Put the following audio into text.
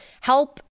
help